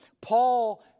Paul